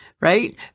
Right